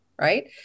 right